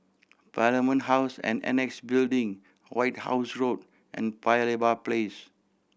Parliament House and Annexe Building White House Road and Paya Lebar Place